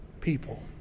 people